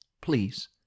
Please